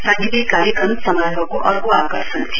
साङ्गीतिक कार्यक्रम समारोहको अर्को आकर्षण थियो